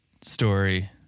story